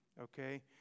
Okay